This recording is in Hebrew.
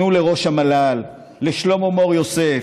תנו לראש המל"ל, לשלמה מור-יוסף,